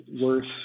worse